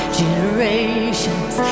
generations